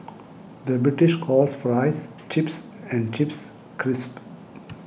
the British calls Fries Chips and Chips Crisps